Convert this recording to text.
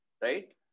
right